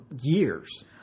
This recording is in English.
years